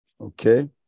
okay